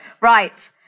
right